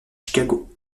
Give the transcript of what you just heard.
chicago